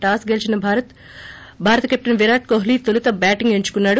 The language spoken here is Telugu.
టాస్ గెలీచిన భారత కెప్లెన్ విరాట్కోహ్లీ తొలుత బ్యాటింగ్ ఎంచుకున్నాడు